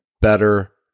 better